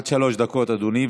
עד שלוש דקות, אדוני.